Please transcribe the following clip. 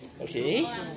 Okay